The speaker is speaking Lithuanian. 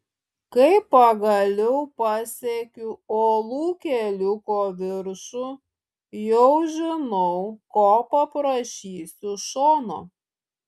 kai pagaliau pasiekiu uolų keliuko viršų jau žinau ko paprašysiu šono